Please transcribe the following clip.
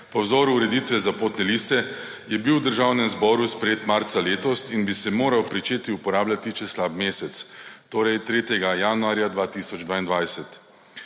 po vzoru ureditve za potne liste, je bil v Državnem zboru sprejet marca letos in bi se moral pričeti uporabljati čez slab mesec, torej 3. **5.